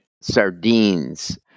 sardines